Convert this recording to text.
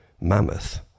mammoth